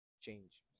change